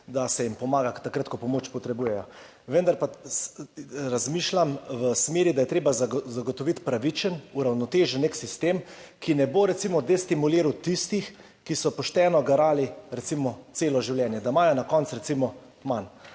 robu, pomaga, takrat ko pomoč potrebujejo. Vendar pa razmišljam v smeri, da je treba zagotoviti nek pravičen, uravnotežen sistem, ki ne bo recimo destimuliral tistih, ki so pošteno garali celo življenje in imajo na koncu recimo manj.